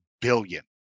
billion